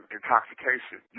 intoxication